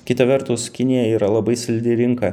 kita vertus kinija yra labai slidi rinka